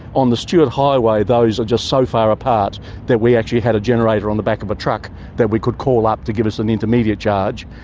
on the stuart highway those are just so far apart that we actually had a generator on the back of a truck that we could call up to give us an intermediate charge,